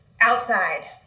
Outside